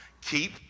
Keep